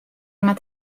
moat